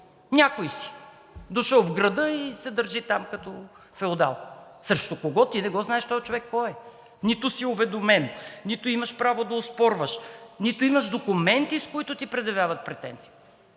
Някой си дошъл в града и се държи там като феодал. Срещу кого? Ти не го знаеш този човек кой е. Нито си уведомен, нито имаш право да оспорваш, нито имаш документи, с които ти предявяват претенции.